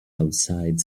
outside